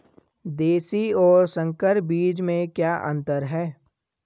देशी और संकर बीज में क्या अंतर है?